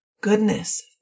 goodness